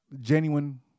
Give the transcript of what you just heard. genuine